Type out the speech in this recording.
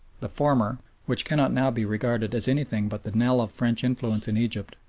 the former, which cannot now be regarded as anything but the knell of french influence in egypt,